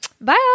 Bye